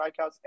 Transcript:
strikeouts